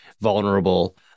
vulnerable